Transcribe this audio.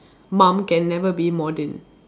mum can never be modern